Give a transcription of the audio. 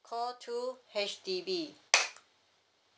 call two H_D_B